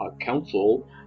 council